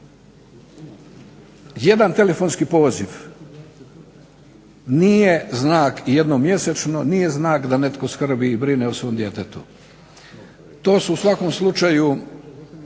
Jedan telefonski poziv nije znak jednom mjesečno, nije znak da netko skrbi i brine o svom djetetu. To su u svakom slučaju